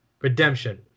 Redemption